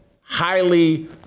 highly